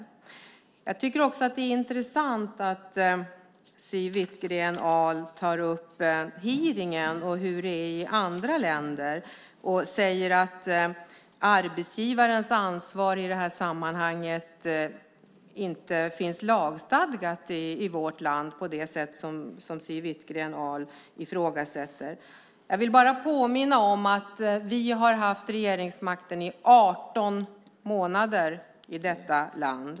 Jag tycker också att det är intressant att Siw Wittgren-Ahl tar upp hearingen och hur det är i andra länder. Hon säger att arbetsgivarens ansvar i det här sammanhanget inte finns lagstadgat i vårt land på samma sätt. Jag vill bara påminna om att vi har haft regeringsmakten i 18 månader.